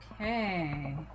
Okay